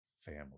family